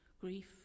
Grief